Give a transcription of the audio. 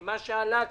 עם מה שעלה כאן.